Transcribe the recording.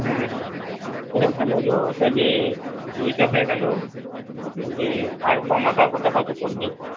হ্যাঁ হ্যাঁ তাহলে ভালো হল তাহলে ওইটা হয়ে গেল নিয়ে আর কমা কাপড়টা কত পড়বে